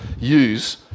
use